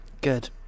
Good